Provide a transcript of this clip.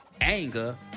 anger